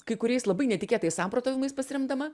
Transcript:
kai kuriais labai netikėtais samprotavimais pasiremdama